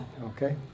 okay